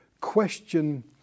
question